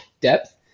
depth